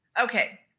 Okay